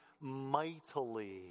mightily